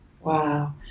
Wow